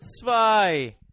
zwei